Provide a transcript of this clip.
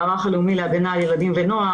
המערך הלאומי להגנה על ילדים ונוער,